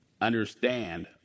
understand